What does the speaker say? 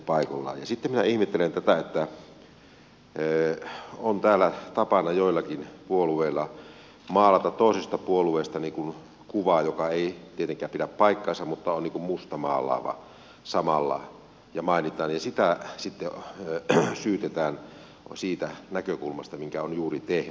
sitten minä ihmettelen tätä että täällä on tapana joillakin puolueilla maalata toisista puolueista kuvaa joka ei tietenkään pidä paikkaansa mutta joka on niin kuin mustamaalaava samalla ja sitä sitten syytetään siitä näkökulmasta minkä on juuri tehnyt